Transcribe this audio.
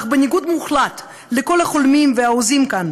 אך בניגוד מוחלט לכל החולמים וההוזים כאן,